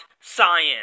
science